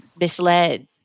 misled